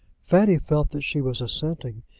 fanny felt that she was assenting,